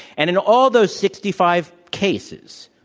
and in all those sixty five cases,